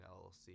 LLC